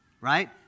right